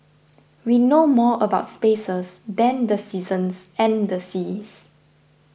we know more about spaces than the seasons and the seas